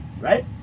Right